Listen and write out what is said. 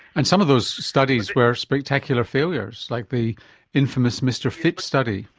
and some of those studies were spectacular failures, like the infamous mrfit study.